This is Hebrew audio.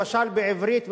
למשל בעברית,